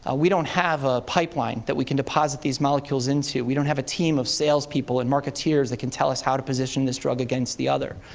ah we don't have a pipeline that we can deposit these molecules into. we don't have a team of salespeople and marketeers to tell us how to position this drug against the other.